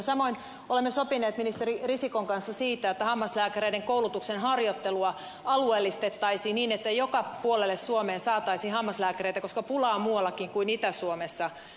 samoin olemme sopineet ministeri risikon kanssa siitä että hammaslääkäreiden koulutuksen harjoittelua alueellistettaisiin niin että joka puolelle suomeen saataisiin hammaslääkäreitä koska pulaa on muuallakin kuin itä suomessa